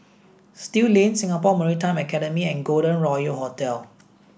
Still Lane Singapore Maritime Academy and Golden Royal Hotel